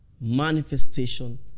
manifestation